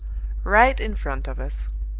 right in front of us.